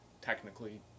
technically